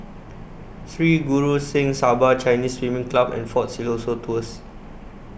Sri Guru Singh Sabha Chinese Swimming Club and Fort Siloso Tours